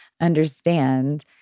understand